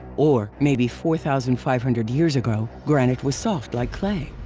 or, maybe four thousand five hundred years ago, granite was soft like clay?